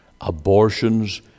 abortions